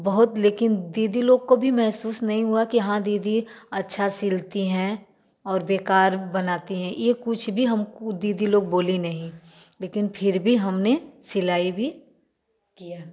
बहुत लेकिन दीदी लोग को भी महसूस नहीं हुआ कि हाँ दीदी अच्छा सिलती हैं और बेकार बनाती हैं यह कुछ भी हमको दीदी लोग बोली नहीं लेकिन फिर भी हमने सिलाई भी किया